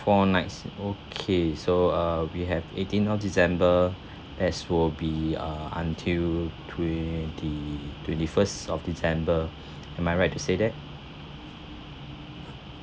four nights okay so uh we have eighteenth of december as will be uh until twenty twenty first of december am I right to say that